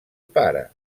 pare